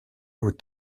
aux